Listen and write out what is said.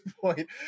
point